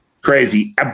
crazy